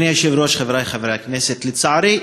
אדוני היושב-ראש, חברי חברי הכנסת, לצערי,